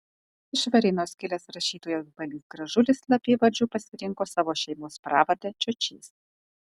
iš varėnos kilęs rašytojas balys gražulis slapyvardžiu pasirinko savo šeimos pravardę čiočys